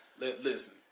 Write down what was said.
Listen